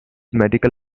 medical